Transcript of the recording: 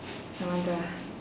no wonder